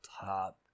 top